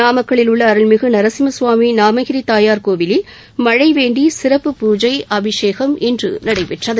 நாமக்கல்லில் உள்ள அருள்மிகு நரசிம்ம சுவாமி நாமகிரி தாயார் கோவிலில் மழை வேண்டி சிறப்பு பூஜை அபிஷேகம் இன்று நடைபெற்றது